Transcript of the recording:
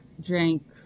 drank